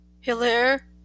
Hilaire